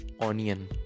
onion